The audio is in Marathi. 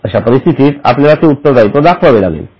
अशा अशा परिस्थितीत आपल्याला ते उत्तर दायित्व दाखवावे लागेल